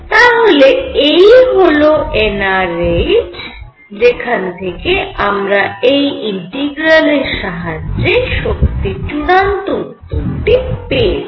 তাহলে এই হল nrh যেখান থেকে আমরা এই ইন্টিগ্রালের সাহায্যে শক্তির চূড়ান্ত উত্তরটি পেয়ে যাই